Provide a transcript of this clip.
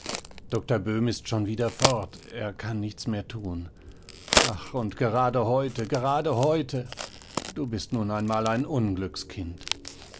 doktor böhm ist schon wieder fort er kann nichts mehr thun ach und gerade heute gerade heute du bist nun einmal ein